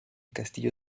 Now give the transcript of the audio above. castillo